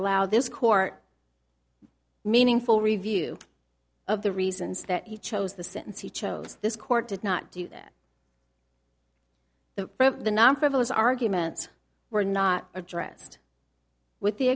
allow this court meaningful review of the reasons that he chose the sentence he chose this court did not do that the the non frivolous arguments were not addressed with the